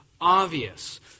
obvious